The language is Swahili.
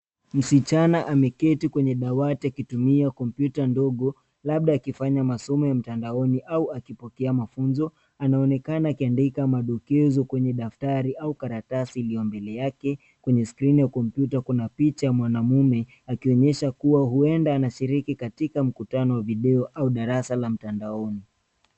Msichana ameketi kwenye dawati akitumia kompyuta ndogo labda akifanya masomo ya mtandaoni au akipokea mafunzo. Anaonekana akiandika madokezo kwenye daftari au karatasi iliyo mbele yake .Kwenye skrini ya komppyuta kuna picha ya mwanaume akionyesha kuwa huenda anashiriki katika mkutano wa video au darasa la mtandaoni.